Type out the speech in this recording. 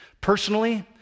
Personally